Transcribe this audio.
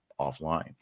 offline